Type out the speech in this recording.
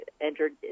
entered